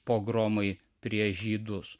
pogromai prieš žydus